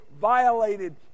violated